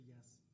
yes